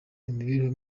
imibereho